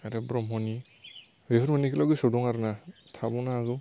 आरो ब्रह्मनि बेफोर मोन्नैखौल' गोसोआव दं आरो ना थाबावनो हागौ